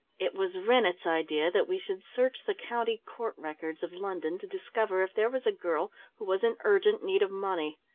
it was rennett's idea that we should search the county court records of london to discover if there was a girl who was in urgent need of money.